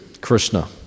Krishna